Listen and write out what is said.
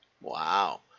Wow